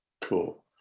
cool